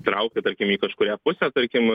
traukia tarkim į kažkurią pusę tarkim